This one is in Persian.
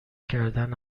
کردن